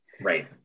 Right